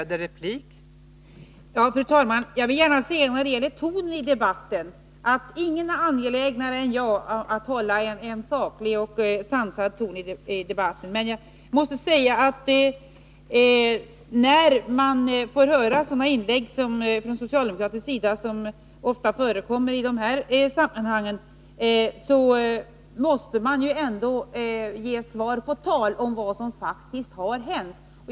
Fru talman! Jag vill gärna säga något när det gäller tonen i debatten. Ingen är angelägnare än jag att hålla en saklig och sansad ton i debatten. Men när man får höra sådana inlägg från socialdemokratisk sida som ofta förekommer i dessa sammanhang måste man ge svar på tal om vad som faktiskt har hänt.